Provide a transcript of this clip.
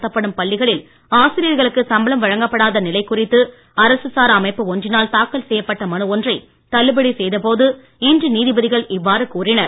நடத்தப்படும் பள்ளிகளில் ஆசிரியர்களுக்கு சம்பளம் வழங்கப்படாத நிலை குறித்து அரசு சாரா அமைப்பு ஒன்றினால் தாக்கல் செய்யப்பட்ட மனு ஒன்றை தள்ளுபடி செய்த போது இன்று நீதிபதிகள் இவ்வாறு கூறினர்